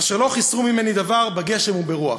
אשר לא חיסרו ממני דבר בגשם וברוח